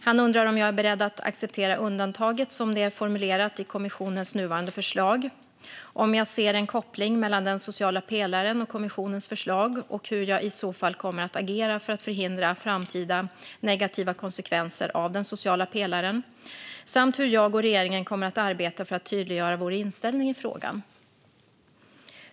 Han undrar om jag är beredd att acceptera undantaget som det är formulerat i kommissionens nuvarande förslag, om jag ser en koppling mellan den sociala pelaren och kommissionens förslag och hur jag i så fall kommer att agera för att förhindra framtida negativa konsekvenser av den sociala pelaren samt hur jag och regeringen kommer att arbeta för att tydliggöra vår inställning i frågan.